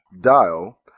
Dial